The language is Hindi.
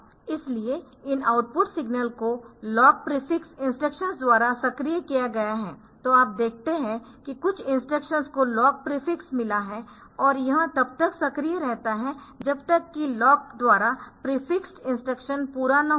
इसलिए इन आउटपुट सिग्नल को लॉक प्रीफिक्स इंस्ट्रक्शंस द्वारा सक्रिय किया गया है तो आप देखते है कि कुछ इंस्ट्रक्शंस को लॉक प्रीफिक्स मिला है और यह तब तक सक्रिय रहता है जब तक कि लॉक द्वारा प्रीफिक्स्ड इंस्ट्रक्शन पूरा न हो जाए